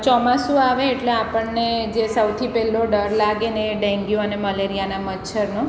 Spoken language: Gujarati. ચોમાસું આવે એટલે આપણને જે સૌથી પહેલો ડર લાગેને ડેન્ગ્યુ અને મલેરિયાના મચ્છરનો